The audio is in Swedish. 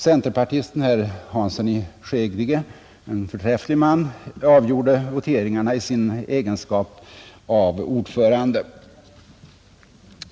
Centerpartisten herr Hansson i Skegrie, en förträfflig man, avgjorde voteringarna i sin egenskap av ordförande.